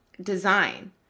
design